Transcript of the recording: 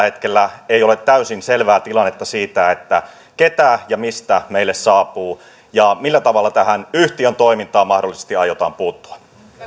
hetkellä ei ole täysin selvää tilannetta siitä keitä meille saapuu ja mistä millä tavalla tähän yhtiön toimintaan mahdollisesti aiotaan puuttua